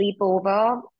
sleepover